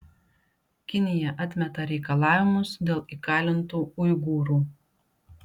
kinija atmeta reikalavimus dėl įkalintų uigūrų